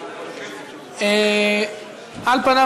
על פניו,